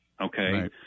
Okay